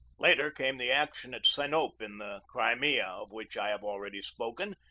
later came the action at sinope in the crimea, of which i have already spoken,